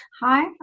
Hi